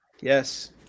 yes